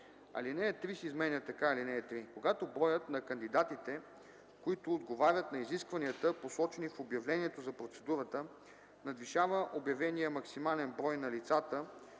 Алинея 3 се изменя така: „(3) Когато броят на кандидатите, които отговарят на изискванията, посочени в обявлението за процедурата, надвишава обявения максимален брой на лицата,